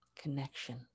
connection